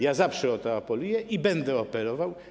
Ja zawsze o to apeluję i będę apelował.